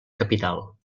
capital